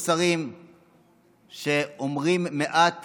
אלו שרים שאומרים מעט